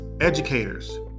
educators